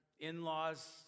in-laws